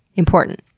important.